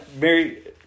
Mary